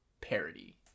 parody